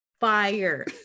fire